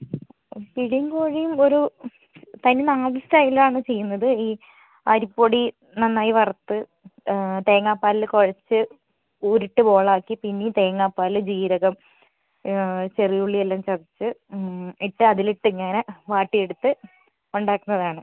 പിടിയും കോഴിയും ഒരു തനി നാടൻ സ്റ്റൈലിൽ ആണ് ചെയ്യുന്നത് ഈ അരിപൊടി നന്നായി വറുത്ത് തേങ്ങാ പാലിൽ കുഴച്ച് ഉരുട്ട് ബോൾ ആക്കി പിന്നെ തേങ്ങാപ്പാല് ജീരകം ചെറിയ ഉള്ളി എല്ലാം ചതച്ച് ഇട്ട് അതിലിട്ട് ഇങ്ങനെ വാട്ടിയെടുത്ത് ഉണ്ടാക്കുന്നതാണ്